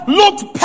looked